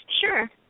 Sure